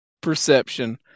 perception